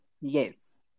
Yes